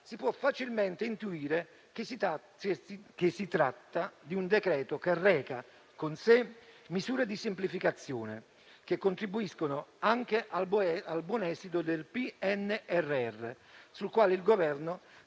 si può facilmente intuire che si tratta di un decreto che reca in sé misure di semplificazione che contribuiscono anche al buon esito del PNRR, sul quale il Governo